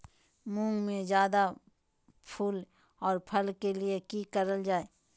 मुंग में जायदा फूल और फल के लिए की करल जाय?